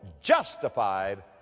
justified